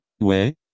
Ouais